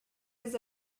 his